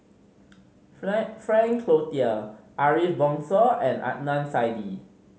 Frank Cloutier Ariff Bongso and Adnan Saidi